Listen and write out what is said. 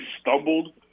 stumbled